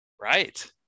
Right